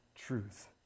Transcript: Truth